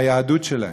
מהיהדות שלהם.